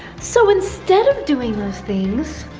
so, instead of doing those things,